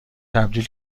تبدیل